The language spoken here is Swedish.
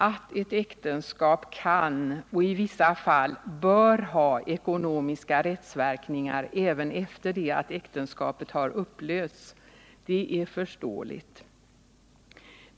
Att ett äktenskap kan, och i vissa fall bör, ha ekonomiska rättsverkningar även efter det att äktenskapet har upplösts är förståeligt.